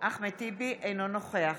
אינו נוכח